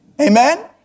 Amen